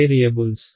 variables